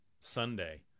Sunday